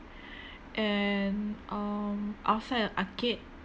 and um outside a arcade